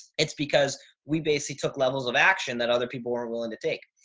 it's because we basically took levels of action that other people were willing to take.